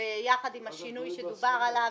יחד עם השינוי שדובר עליו,